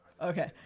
okay